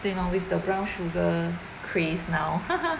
对 lor with the brown sugar craze now